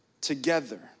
together